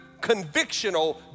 convictional